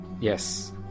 Yes